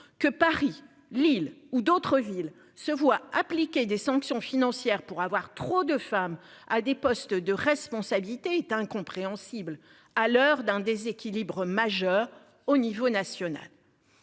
que Paris Lille ou d'autres villes se voient appliquer des sanctions financières pour avoir trop de femmes à des postes de responsabilité est incompréhensible. À l'heure d'un déséquilibre majeur au niveau national.